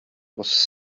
was